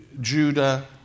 Judah